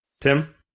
Tim